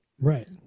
right